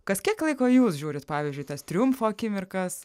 kas kiek laiko jūs žiūrit pavyzdžiui tas triumfo akimirkas